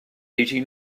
eating